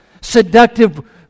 Seductive